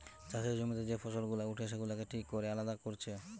চাষের জমিতে যে ফসল গুলা উঠে সেগুলাকে ঠিক কোরে আলাদা কোরছে